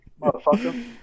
motherfucker